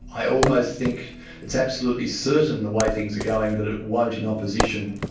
i almost think it's absolutely certain the way things are going, that it won't in opposition.